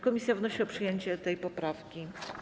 Komisja wnosi o przyjęcie tej poprawki.